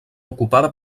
ocupada